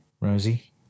Rosie